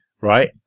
right